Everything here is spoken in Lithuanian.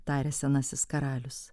tarė senasis karalius